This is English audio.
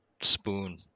spoon